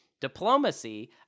Diplomacy